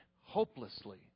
hopelessly